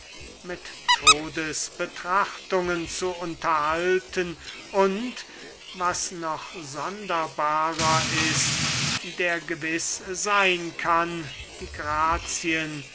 mit todesbetrachtungen zu unterhalten und was noch sonderbarer ist der gewiß seyn kann die grazien